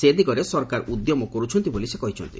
ସେ ଦିଗରେ ସରକାର ଉଦ୍ୟମ କରୁଛନ୍ତି ବୋଲି ସେ କହିଛନ୍ତି